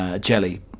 jelly